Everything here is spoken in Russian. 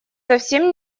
совсем